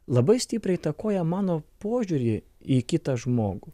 labai stipriai įtakoja mano požiūrį į kitą žmogų